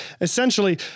essentially